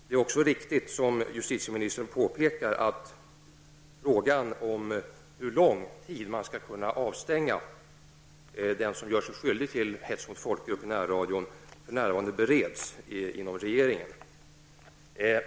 Det är också riktigt, som justitieministern påpekar, att frågan om hur lång tid man skall kunna avstänga den som gör sig skyldig till hets mot folkgrupp i närradion för närvarande bereds inom regeringen.